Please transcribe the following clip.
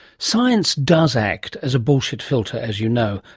science does act as a bullshit filter, as you know,